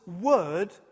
word